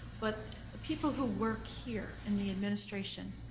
but people who work here in the administration,